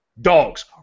dogs